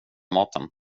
maten